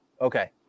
Okay